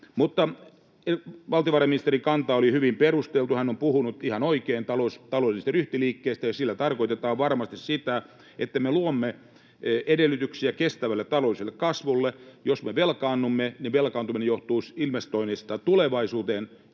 Mutta valtiovarainministerin kanta oli hyvin perusteltu. Hän on puhunut, ihan oikein, taloudellisesta ryhtiliikkeestä, ja sillä tarkoitetaan varmasti sitä, että me luomme edellytyksiä kestävälle talouskasvulle. Jos me velkaannumme, niin velkaantuminen johtuu investoinneista tulevaisuuteen,